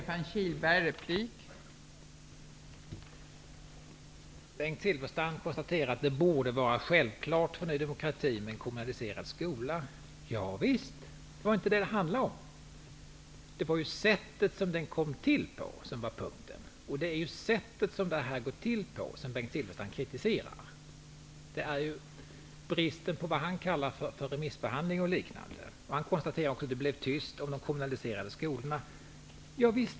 Fru talman! Bengt Silfverstrand konstaterar att det borde vara självklart för Ny demokrati med en kommunaliserad skola. Ja visst. Det var inte detta det handlade om. Det var sättet den kom till på som var den springande punkten. Det är sättet som det här går till på som Bengt Silfverstrand kritiserar. Det är bristen på det han kallar remissbehandling och liknande. Han konstaterar också att det blev tyst om de kommunaliserade skolorna. Ja visst.